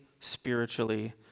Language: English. spiritually